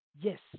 yes